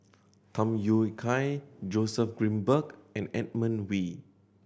Tham Yui Kai Joseph Grimberg and Edmund Wee